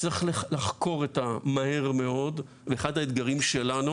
צריך לחקור מהר מאוד, ואחד האתגרים שלנו